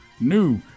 new